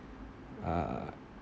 uh